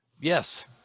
Yes